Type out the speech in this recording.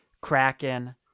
Kraken